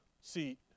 seat